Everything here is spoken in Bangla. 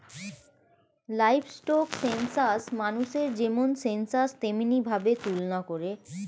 লাইভস্টক সেনসাস মানুষের যেমন সেনসাস তেমনি ভাবে তুলনা করে